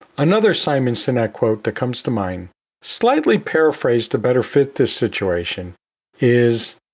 another simon sinek quote that comes to mind slightly paraphrased, the better fit this situation is,